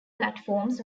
platforms